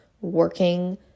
working